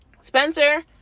Spencer